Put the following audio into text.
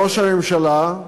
לראש הממשלה,